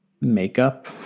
makeup